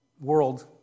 world